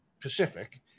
Pacific